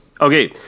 Okay